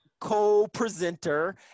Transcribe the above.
co-presenter